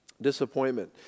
Disappointment